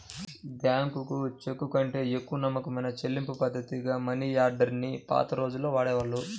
bank చెక్కుకంటే ఎక్కువ నమ్మకమైన చెల్లింపుపద్ధతిగా మనియార్డర్ ని పాత రోజుల్లో వాడేవాళ్ళు